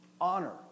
Honor